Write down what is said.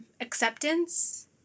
acceptance